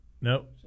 Nope